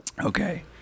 Okay